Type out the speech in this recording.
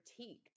critiqued